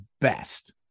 best